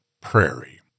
Prairie